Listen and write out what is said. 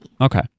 Okay